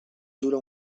dura